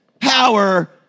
power